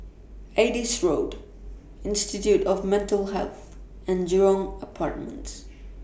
Adis Road Institute of Mental Health and Jurong Apartments